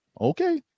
okay